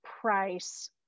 price